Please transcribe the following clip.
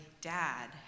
dad